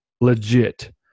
legit